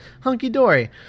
hunky-dory